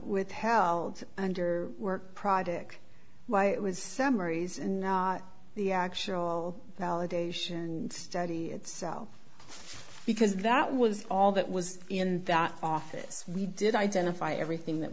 withheld under work product why it was summaries and not the actual validation study itself because that was all that was in that office we did identify everything that